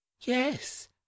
Yes